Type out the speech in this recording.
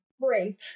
rape